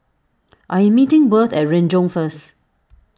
I am meeting Worth at Renjong first